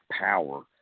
power